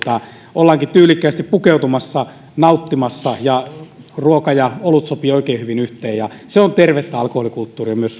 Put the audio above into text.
ollaankin tyylikkäästi pukeutuneena nauttimassa ruoka ja olut sopivat oikein hyvin yhteen ja se on tervettä alkoholikulttuuria myös